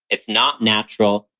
it's not natural.